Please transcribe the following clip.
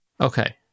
Okay